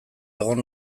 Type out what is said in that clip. egon